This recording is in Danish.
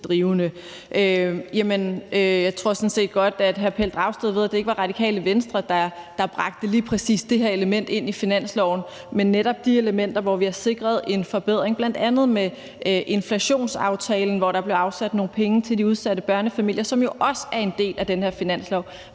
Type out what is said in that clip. set godt, hr. Pelle Dragsted ved, at det ikke var Radikale Venstre, der bragte lige præcis det her element ind i finansloven, men netop de elementer, hvor vi har sikret en forbedring, bl.a. med inflationsaftalen, hvor der blev afsat nogle penge til de udsatte børnefamilier, som jo også er en del af den her finanslov.